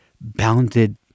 bounded